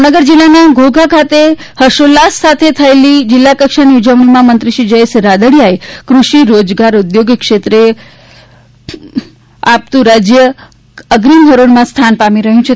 ભાવનગર જિલ્લાના ઘોઘા ખાતે હર્ષ ઉલ્લાસભેર થયેલી જિલ્લાકક્ષાની ઉજવણીમાં મંત્રીશ્રી જ્યેશ રાદડીયાએ ક્રષિ રોજગાર ઉદ્યોગ ક્ષેત્રે આપણુ રાજ્ય અગ્રીમ હરોળમાં સ્થાન પામી રહ્યું છે